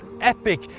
epic